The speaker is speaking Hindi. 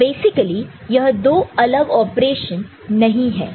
तो बेसिकली यह दो अलग ऑपरेशन नहीं है